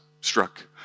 struck